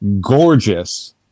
gorgeous